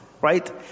Right